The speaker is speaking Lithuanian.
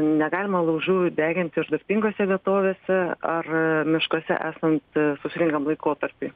negalima laužų deginti ir durpingose vietovėse ar miškuose esant sausringam laikotarpiui